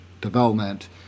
development